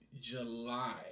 July